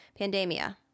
pandemia